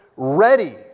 Ready